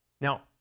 Now